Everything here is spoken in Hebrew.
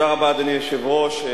תודה רבה, אדוני היושב-ראש.